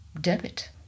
debit